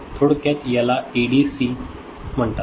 थोडक्यात याला एडीसी म्हणतात